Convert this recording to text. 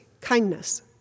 kindness